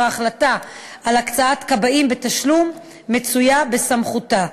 ההחלטה על הקצאת כבאים בתשלום מצויה בסמכותה.